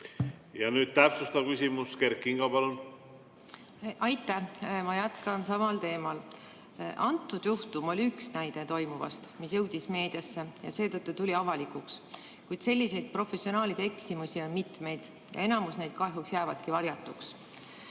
Nüüd täpsustav küsimus. Kert Kingo, palun! Aitäh! Ma jätkan samal teemal. Antud juhtum oli üks näide toimuva kohta, mis jõudis meediasse ja seetõttu tuli avalikuks, kuid selliseid professionaalide eksimusi on mitmeid, enamus neist kahjuks jäävadki varjatuks.